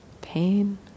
pain